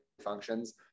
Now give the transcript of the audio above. functions